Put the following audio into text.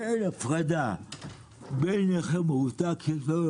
ואין הפרדה בין נכה מרותק יש לו